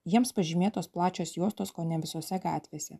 jiems pažymėtos plačios juostos kone visose gatvėse